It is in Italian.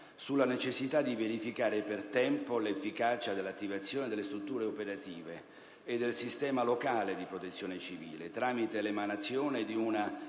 sulla necessità di verificare per tempo l'efficacia dell'attivazione delle strutture operative e del sistema locale di protezione civile, tramite l'emanazione di